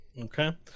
Okay